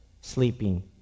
sleeping